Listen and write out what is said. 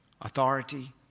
authority